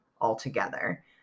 altogether